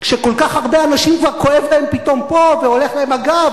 כשכל כך הרבה אנשים כבר כואב להם פה והולך להם הגב,